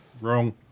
Wrong